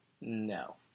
No